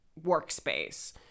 workspace